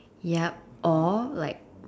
yup all like